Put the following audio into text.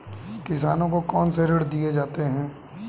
किसानों को कौन से ऋण दिए जाते हैं?